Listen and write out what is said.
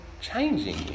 changing